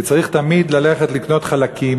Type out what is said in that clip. כי צריך תמיד ללכת לקנות חלקים,